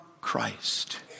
Christ